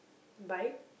bike